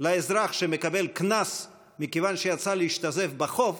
לאזרח שהוא מקבל קנס מכיוון שיצא להשתזף בחוף